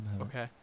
Okay